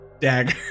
dagger